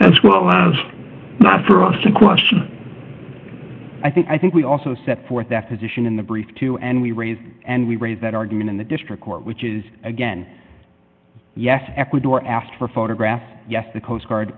that's not for us to question i think i think we also set forth that position in the brief two and we raised and we raised that argument in the district court which is again yes ecuador asked for photographs the coast guard